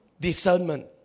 discernment